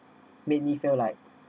make me feel like